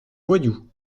voyou